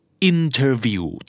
Interview